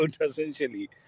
essentially